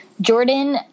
Jordan